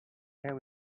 can